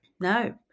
no